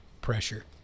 pressure